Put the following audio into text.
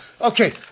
Okay